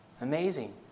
Amazing